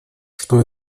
что